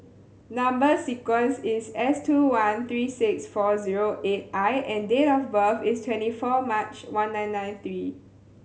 number sequence is S two one three six four zero eight I and date of birth is twenty four March one nine nine three